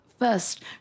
first